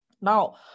Now